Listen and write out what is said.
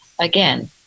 again